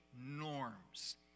norms